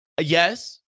Yes